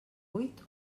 buit